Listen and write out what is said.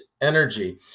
energy